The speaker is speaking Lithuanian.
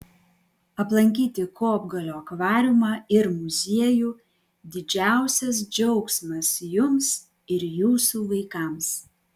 aplankyti kopgalio akvariumą ir muziejų didžiausias džiaugsmas jums ir jūsų vaikams